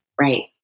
right